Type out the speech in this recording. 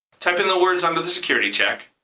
type in the words under the security check.